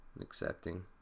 Accepting